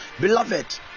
beloved